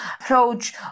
approach